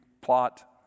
plot